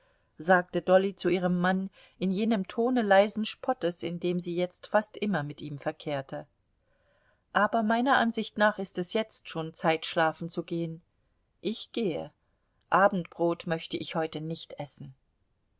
sagte dolly zu ihrem mann in jenem tone leisen spottes in dem sie jetzt fast immer mit ihm verkehrte aber meiner ansicht nach ist es jetzt schon zeit schlafen zu gehen ich gehe abendbrot möchte ich heute nicht essen